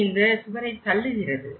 இது இந்த சுவரை தள்ளுகிறது